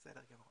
בסדר גמור.